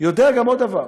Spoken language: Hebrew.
יודע גם עוד דבר,